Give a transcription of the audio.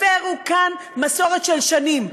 הפרו כאן מסורת של שנים.